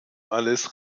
alice